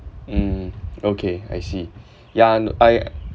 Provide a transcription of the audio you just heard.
mm okay I see yeah and I